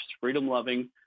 freedom-loving